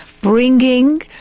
bringing